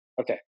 Okay